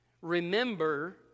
Remember